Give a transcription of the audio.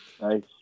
nice